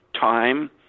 time